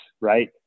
right